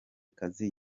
kazi